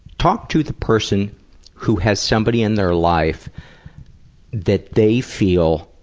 talk to the person who has somebody in their life that they feel,